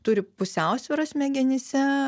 turi pusiausvyrą smegenyse